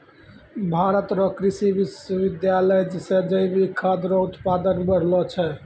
भारत रो कृषि विश्वबिद्यालय से जैविक खाद रो उत्पादन बढ़लो छै